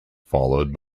followed